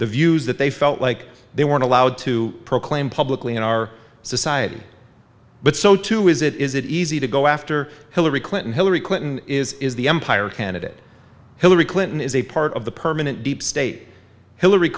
the views that they felt like they weren't allowed to proclaim publicly in our society but so too is it is it easy to go after hillary clinton hillary clinton is is the empire candidate hillary clinton is a part of the permanent deep state hillary